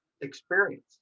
experience